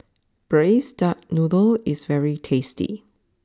Braised Duck Noodle is very tasty